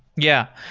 yeah.